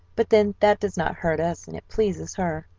but then that does not hurt us and it pleases her.